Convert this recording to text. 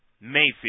Mayfield